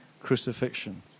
crucifixion